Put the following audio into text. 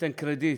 אתן קרדיט,